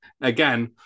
again